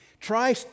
Try